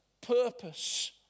purpose